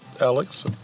Alex